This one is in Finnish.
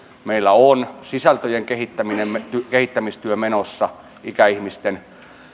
meillä on sisältöjen kehittämistyö menossa ikäihmisten